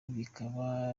bikaba